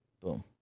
boom